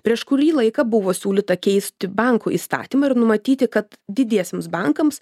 prieš kurį laiką buvo siūlyta keisti bankų įstatymą ir numatyti kad didiesiems bankams